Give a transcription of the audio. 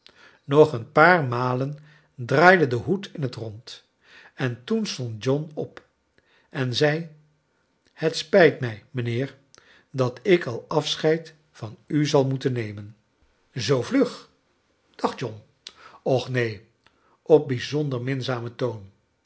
nog een paar malen draaide de hoed in het rond en toen stond john op en zei het spijt mij mijnheer dat ik al afscheid van u zal moeten nemen zoo vlug dag john och neen op bijzonder minzamen toon